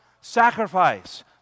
sacrifice